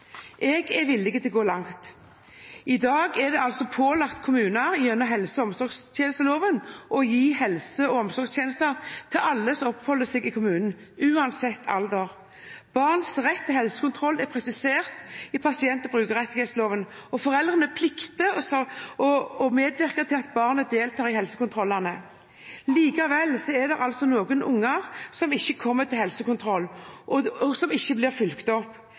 Jeg er villig til å gå langt. I dag er kommunene pålagt gjennom helse- og omsorgstjenesteloven å gi helse- og omsorgstjenester til alle som oppholder seg i kommunen, uansett alder. Barns rett til helsekontroll er presisert i pasient- og brukerrettighetsloven, og foreldrene plikter å medvirke til at barnet deltar i helsekontrollene. Noen unger kommer likevel ikke til helsekontroll og blir ikke